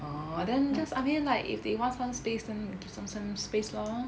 oh then just I mean like if they want some space then give them some space lor